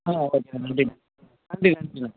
ஆ ஓகேண்ணே நன்றிண்ணே நன்றிண்ணே நன்றிண்ணே